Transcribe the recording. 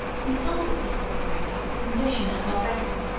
we told the people of the wrecker the condition of our vessel,